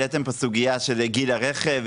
העליתם פה סוגיה של גיל הרכב,